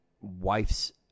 wife's